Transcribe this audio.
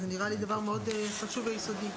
זה נראה לי דבר מאוד חשוב ויסודי.